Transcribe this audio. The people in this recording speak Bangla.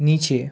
নিচে